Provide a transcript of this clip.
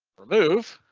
remove.